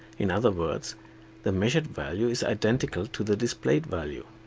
in other words the measured value is identical to the displayed value.